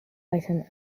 item